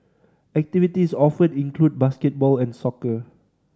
activities offered include basketball and soccer